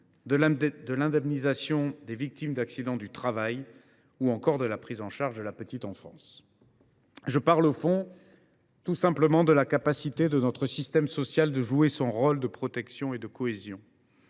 de l’indemnisation des victimes d’accidents du travail, ou encore de la prise en charge de la petite enfance. Je parle, au fond, de la capacité de notre système social à jouer son rôle de protection et de cohésion.